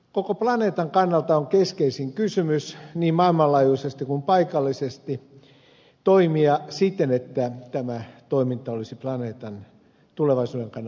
koko planeetan kannalta on keskeisin kysymys niin maailmanlaajuisesti kuin paikallisesti toimia siten että tämä toiminta olisi planeetan tulevaisuuden kannalta kestävä